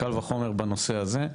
קל וחומר בנושא הזה,